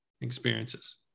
Experiences